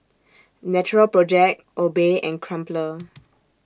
Natural Project Obey and Crumpler